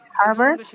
harbor